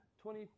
twenty